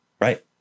Right